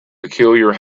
peculiar